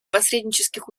посреднических